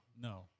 No